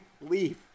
leave